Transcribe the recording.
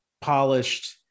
polished